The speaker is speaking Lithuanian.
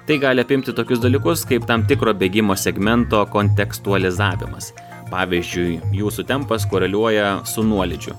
tai gali apimti tokius dalykus kaip tam tikro bėgimo segmento kontekstualizavimas pavyzdžiui jūsų tempas koreliuoja su nuolydžiu